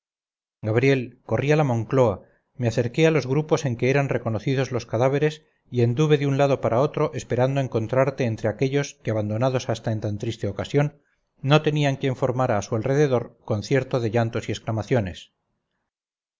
gabriel corrí a la moncloa me acerqué a los grupos en que eran reconocidos los cadáveres y anduve de un lado para otro esperando encontrarte entre aquellos que abandonados hasta en tan triste ocasión no tenían quien formara a su alrededor concierto de llantos y exclamaciones